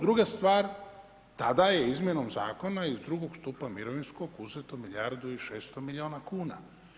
Druga stvar, tada je izmjenom zakona iz II. stupa mirovinskog uzeto milijardu i 600 milijuna kuna.